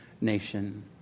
nation